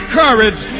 courage